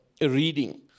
reading